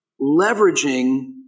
leveraging